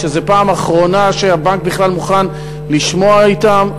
וזו פעם אחרונה שהבנק בכלל מוכן לשמוע מהם.